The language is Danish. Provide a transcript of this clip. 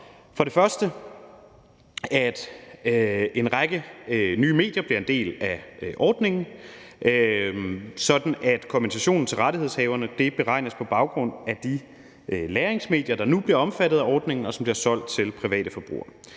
foreslås det, at en række nye medier bliver en del af ordningen, sådan at kompensationen til rettighedshaverne beregnes på baggrund af de lagringsmedier, der nu bliver omfattet af ordningen, og som bliver solgt til private forbrugere.